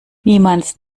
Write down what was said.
niemals